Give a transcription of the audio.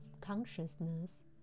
consciousness